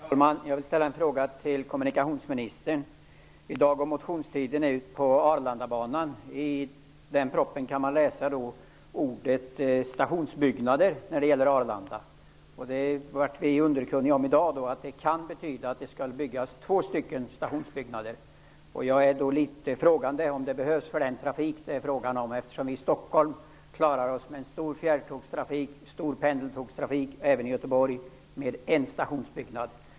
Herr talman! Jag vill ställa en fråga till kommunikationsministern. I dag går motionstiden ut på propositionen om Arlandabanan. I propositionen kan man läsa ordet stationsbyggnader i fråga om Arlanda. Vi är i dag underkunniga om att det kan betyda att det skall byggas två stationsbyggnader. Jag ställer mig litet frågande om det behövs för den trafik det är fråga om. I Stockholm klarar man en omfattande fjärrtågstrafik och pendeltågstrafik, och även i Göteborg, med en stationsbyggnad.